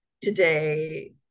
today